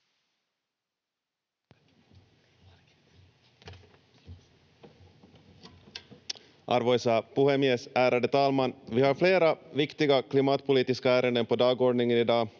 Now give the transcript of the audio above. Arvoisa puhemies, ärade talman! Vi har flera viktiga klimatpolitiska ärenden på dagordningen i dag,